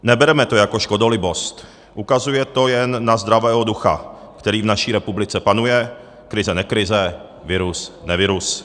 Nebereme to jako škodolibost, ukazuje to jen na zdravého ducha, který v naší republice panuje, krizenekrize, virus nevirus.